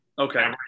okay